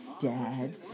Dad